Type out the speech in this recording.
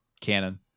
cannon